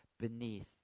beneath